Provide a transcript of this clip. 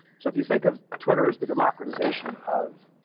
so if you think of twitter as the democratization of